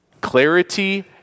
Clarity